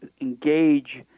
engage